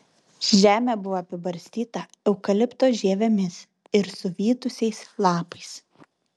žemė buvo apibarstyta eukalipto žievėmis ir suvytusiais lapais